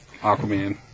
Aquaman